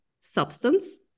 substance